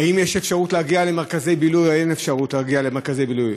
האם יש אפשרות להגיע למרכזי בילוי או אין אפשרות להגיע למרכזי בילוי.